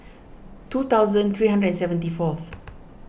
two thousand three hundred and seventy fourth